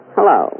Hello